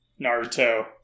naruto